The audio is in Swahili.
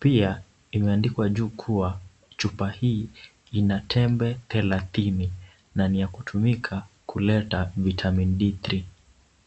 Pia imeandikwa juu kuwa chupa hii, lina tembe 30 na ni ya kutumika kuleta vitamin D3 .